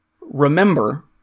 remember